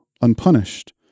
unpunished